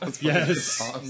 Yes